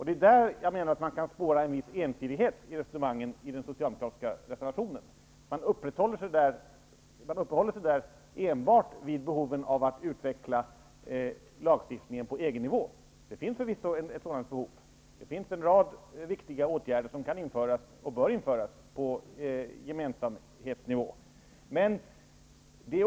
Det är i denna fråga jag menar att man kan spåra en viss ensidighet i resonemangen i den socialdemokratiska reservationen. Man uppehåller sig där enbart vid behoven av att utveckla lagstiftningen på EG-nivå. Det finns förvisso ett sådant behov. Det finns en rad viktiga åtgärder som kan och bör införas på gemensamhetsnivå.